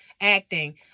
acting